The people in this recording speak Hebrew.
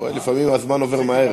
לפעמים הזמן עובר מהר.